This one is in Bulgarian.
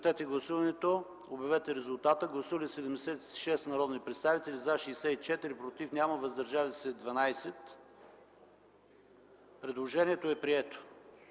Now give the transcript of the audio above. Предложението е прието.